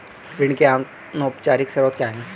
ऋण के अनौपचारिक स्रोत क्या हैं?